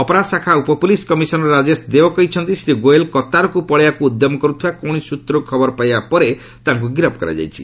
ଅପରାଧ ଶାଖା ଉପ ପୁଲିସ କମିଶନର ରାଜେଶ ଦେଓ କହିଛନ୍ତି ଶ୍ରୀ ଗୋଏଲ କତାରକୁ ପଳାଇବାକୁ ଉଦ୍ୟମ କରୁଥିବା କୌଣସି ସୂତ୍ରରୁ ଖବର ପାଇବା ପରେ ତାଙ୍କୁ ଗିରଫ କରାଯାଇଛି